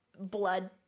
blood